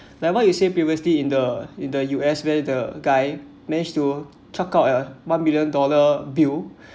like what you said previously in the in the U_S where the guy managed to check out a million dollar bill